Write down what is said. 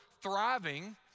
thriving